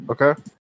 Okay